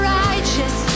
righteous